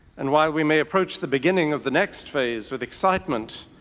and while we may approach the beginning of the next phase with excitement,